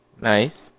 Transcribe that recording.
Nice